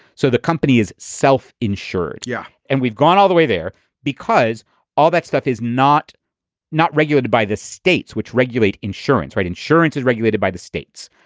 so the company is self insured. yeah. and we've gone all the way there because all that stuff is not not regulated by the states which regulate insurance. right? insurance is regulated by the states.